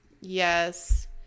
Yes